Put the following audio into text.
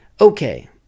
okay